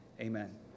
amen